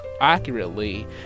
accurately